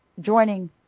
joining